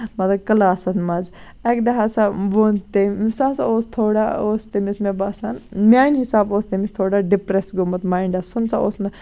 مطلب کٔلاسَن منٛز اَکہِ دۄہ ہسا ووٚن تٔمۍ سُہ ہسا اوس تھوڑا اوس تٔمِس مےٚ باسان میانہِ حِسابہٕ اوس تٔمِس تھوڑا ڈِپریس گوٚومُت ماینٛڈس کُن سُہ اوس نہٕ